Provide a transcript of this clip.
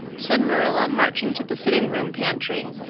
said marilla, marching to the sitting room pantry.